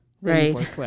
Right